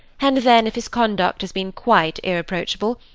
and then, if his conduct has been quite irreproachable,